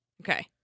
Okay